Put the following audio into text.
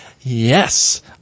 Yes